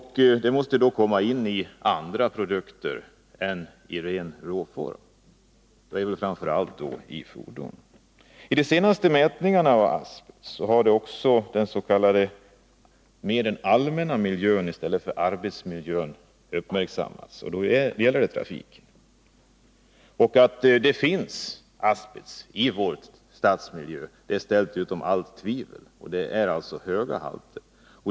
Tillförseln måste ske genom andra produkter än ren råasbest. Det är väl framför allt genom användning av asbest i fordon som detta sker. I de senaste mätningarna av asbest har den s.k. allmänna miljön uppmärksammats mer än arbetsmiljön. Att det finns asbest i vår stadsmiljö är ställt utom allt tvivel, och det är höga halter.